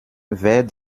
wer